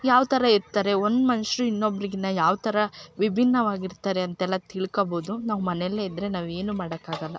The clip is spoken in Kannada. ಯಾವ ಥರ ಇರ್ತಾರೆ ಒಂದು ಮನುಷ್ಯರು ಇನ್ನೊಬ್ರಿಗಿನ್ನ ಯಾವ ಥರ ವಿಭಿನ್ನವಾಗ್ ಇರ್ತಾರೆ ಅಂತೆಲ್ಲ ತಿಳ್ಕೋಬೌದು ನಾವು ಮನೆಯಲ್ಲೇ ಇದ್ರೆ ನಾವೇನು ಮಾಡೋಕ್ಕಾಗಲ್ಲ